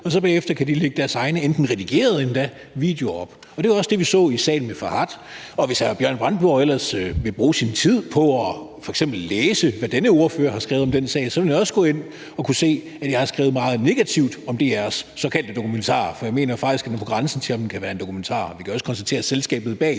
og så kan de bagefter lægge deres egne, endda redigerede, videoer op. Det var også det, vi så i sagen med Farhad Tober, og hvis hr. Bjørn Brandenborg ellers ville bruge sin tid på f.eks. at læse, hvad denne ordfører har skrevet om sagen, så ville han også kunne se, at jeg har skrevet meget negativt om DR's såkaldte dokumentar, for jeg mener faktisk, at den er på grænsen til at kunne være en dokumentar. Vi kan jo også konstatere, at selskabet bag